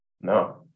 No